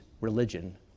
religion